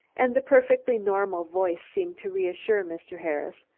and the perfectly normal voice seemed to reassure mr. harris,